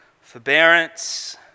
forbearance